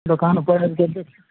दोकान पर आबिके देखियौ